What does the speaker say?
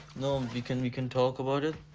we can we can talk about it.